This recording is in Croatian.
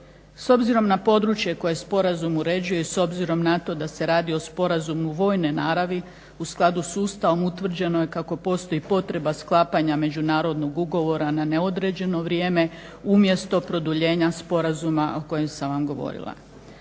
S obzirom na područje koje sporazum uređuje i s obzirom na to da se radi o sporazumu vojne naravi u skladu s Ustavom utvrđeno je kako postoji potreba sklapanja međunarodnog ugovora na neodređeno vrijeme umjesto produljenja sporazuma o kojem sam vam govorila.